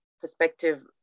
Perspective